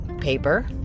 paper